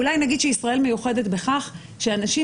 אולי נגיד שישראל מיוחדת בכך שאנשים